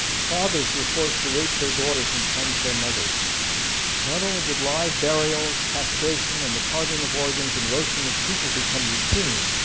fathers were forced to rape their daughters and sons their mothers not only did live burials, castration, and the carving of organs and roasting of people become routine,